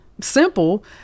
simple